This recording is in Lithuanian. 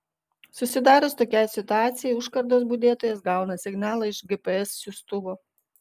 susidarius tokiai situacijai užkardos budėtojas gauna signalą iš gps siųstuvo